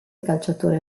calciatore